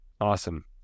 Awesome